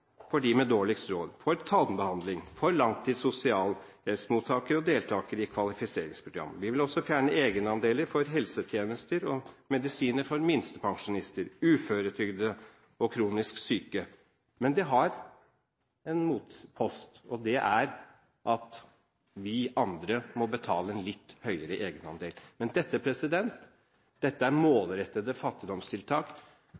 for dem med dårligst råd – for tannbehandling for langtids sosialhjelpmottakere og deltakere i kvalifiseringsprogram. Vi vil også fjerne egenandeler for helsetjenester og medisiner for minstepensjonister, uføretrygdede og kronisk syke. Men det har en motpost, og det er at vi andre må betale en litt høyere egenandel. Men dette er